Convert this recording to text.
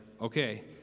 okay